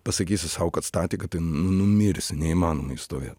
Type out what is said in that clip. pasakysi sau kad statika tai nu numirsi neįmanoma išstovėt